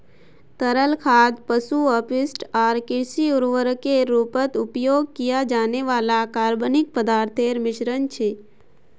तरल खाद पशु अपशिष्ट आर कृषि उर्वरकेर रूपत उपयोग किया जाने वाला कार्बनिक पदार्थोंर मिश्रण छे